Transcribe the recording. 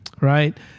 right